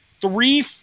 three